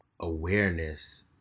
awareness